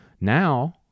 now